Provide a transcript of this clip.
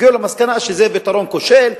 הגיעו למסקנה שזה פתרון כושל,